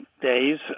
days